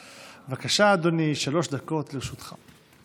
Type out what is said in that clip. בבקשה, אדוני, שלוש דקות לרשותך.